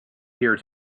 here